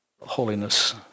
holiness